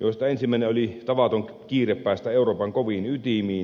joista ensimmäinen oli tavaton kiire päästä euroopan koviin ytimiin